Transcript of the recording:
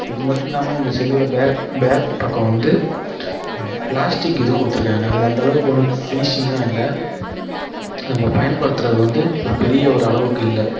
இது மட்டும் இல்லாமல் இந்த செல்லோட பேக் பேக் பக்கம் வந்து பிளாஸ்டிக் இது கொடுத்துருக்காங்க அது அந்த அளவுக்கு ஒன்றும் பினிசிங்காக இல்லை நம்ப பயன் படுத்துகிறது வந்து பெரிய ஒரு அளவுக்கு இல்லை